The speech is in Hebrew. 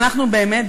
אנחנו באמת,